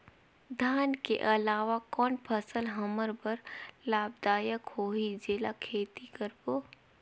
धान के अलावा कौन फसल हमर बर लाभदायक होही जेला खेती करबो?